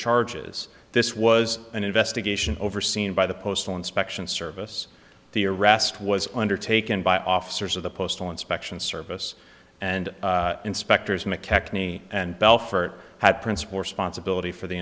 charges this was an investigation overseen by the postal inspection service the arrest was undertaken by officers of the postal inspection service and inspectors mckechnie and belfort had principal responsibility for the